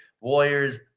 Warriors